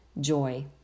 Joy